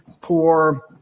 poor